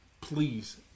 please